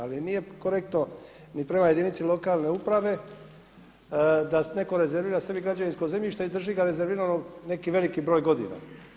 Ali nije korektno ni prema jedinici lokalne uprave da netko rezervira sebi građevinsko zemljište i drži ga rezerviranog neki veliki broj godina.